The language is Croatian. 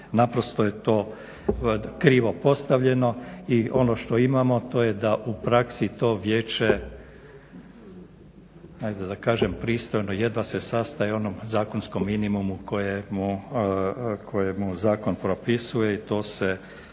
Naprosto je to krivo postavljeno. I ono što imamo to je da u praksi to vijeće hajde da kažem pristojno jedva se sastaje onom zakonskom minimumu koje mu zakon propisuje i to se